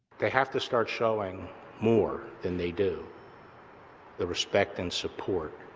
they have to start showing more than they do the respect and support